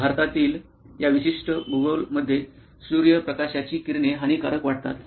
भारतातील या विशिष्ट भूगोल मध्ये सूर्यप्रकाशाची किरणे हानिकारक वाटतात